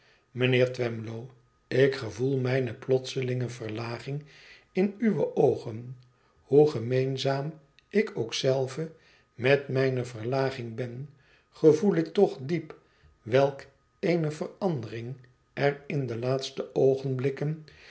mijnheer twemlow ik gevoel mijne plotselinge verlaging in uwe oogen hoe gemeenzaam ik ook zelve met mijne verlaging ben gevoel ik toch diep welk eene verandering er in de laatste oogenblikken